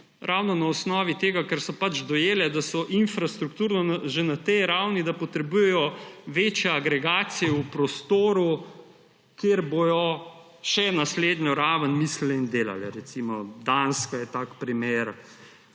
ravno na osnovi tega, ker so pač dojele, da so infrastrukturno že na tej ravni, da potrebujejo večje agregacije v prostoru, kjer bodo še naslednjo raven mislile in delale, recimo Danska je tak primer,